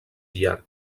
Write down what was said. llarg